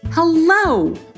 Hello